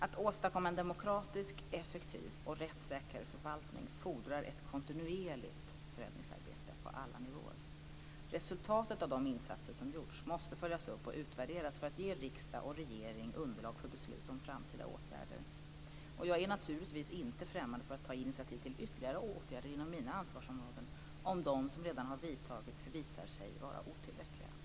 Att åstadkomma en demokratisk, effektiv och rättssäker förvaltning fordrar ett kontinuerligt förändringsarbete på alla nivåer. Resultatet av de insatser som gjorts måste följas upp och utvärderas för att ge riksdag och regering underlag för beslut om framtida åtgärder. Jag är naturligtvis inte främmande för att ta initiativ till ytterligare åtgärder inom mina ansvarsområden om de som redan har vidtagits visar sig vara otillräckliga.